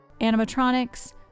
animatronics